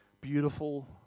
beautiful